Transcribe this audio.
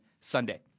Sunday